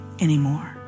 anymore